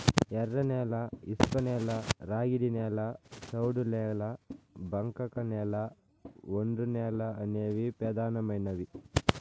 ఎర్రనేల, ఇసుకనేల, ర్యాగిడి నేల, సౌడు నేల, బంకకనేల, ఒండ్రునేల అనేవి పెదానమైనవి